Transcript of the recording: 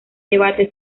debate